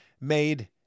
made